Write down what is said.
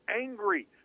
angry